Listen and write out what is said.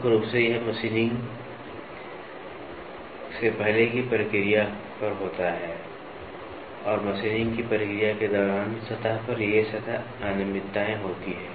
मुख्य रूप से यह मशीनिंग से पहले की प्रक्रिया पर होता है और मशीनिंग की प्रक्रिया के दौरान सतह पर ये सतह अनियमितताएं होती हैं